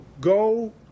go